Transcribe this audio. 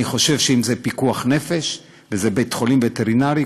אני חושב שאם זה פיקוח נפש וזה בית-חולים וטרינרי,